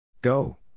Go